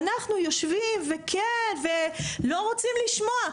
ואנחנו יושבים וכן ולא רוצים לשמוע.